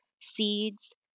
seeds